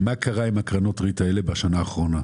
--- מה קרה עם קרנות הריט האלו בשנה האחרונה?